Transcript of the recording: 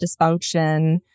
dysfunction